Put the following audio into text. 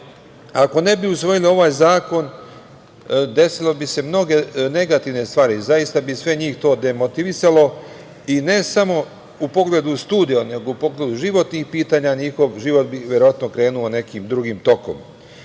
ne bi usvojili ovaj zakon, desile bi se mnoge negativne stvari. Zaista bi to njih sve demotivisalo i ne samo u pogledu studija, nego u pogledu životnih pitanja, njihov život bi verovatno krenuo nekim drugim tokom.